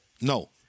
No